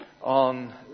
on